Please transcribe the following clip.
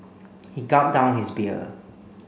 he gulped down his beer